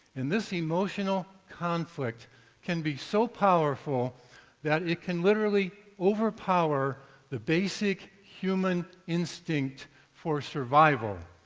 and this emotional conflict can be so powerful that it can literally overpower the basic human instinct for a survival,